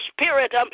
Spirit